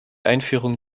einführung